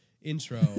Intro